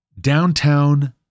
downtown